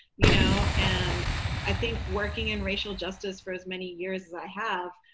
you know? and i think working in racial justice for as many years as i have.